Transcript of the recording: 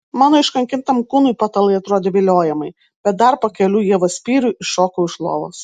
mano iškankintam kūnui patalai atrodė viliojamai bet dar po kelių ievos spyrių iššokau iš lovos